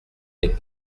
n’est